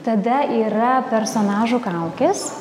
tada yra personažų kaukės